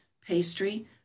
Pastry